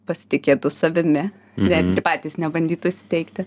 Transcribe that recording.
pasitikėtų savimi net ir patys nebandytų įsiteikti